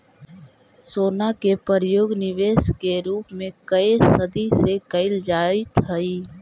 सोना के प्रयोग निवेश के रूप में कए सदी से कईल जाइत हई